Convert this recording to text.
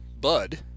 Bud